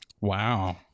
Wow